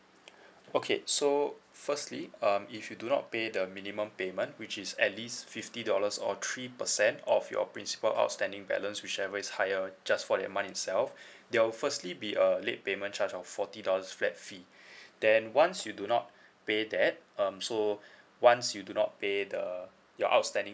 okay so firstly um if you do not pay the minimum payment which is at least fifty dollars or three percent of your principal outstanding balance whichever is higher just for the money itself there will firstly be err late payment charge of forty dollars flat fee then once you do not pay that um so once you do not pay the your outstanding